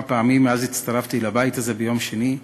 פעמים מאז הצטרפתי לבית הזה ביום שני,